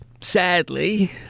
sadly